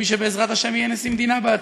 מי שבעזרת השם יהיה נשיא מדינה בעתיד,